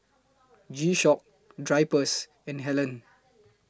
G Shock Drypers and Helen